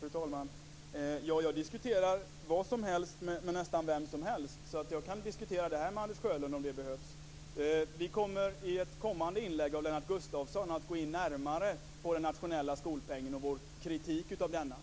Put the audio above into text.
Fru talman! Jag diskuterar vad som helst med nästan vem som helst. Jag kan diskutera skolpengen med Anders Sjölund om det behövs. Vi i Vänsterpartiet kommer i ett kommande inlägg av Lennart Gustavsson att gå in närmare på den nationella skolpengen och vår kritik av denna.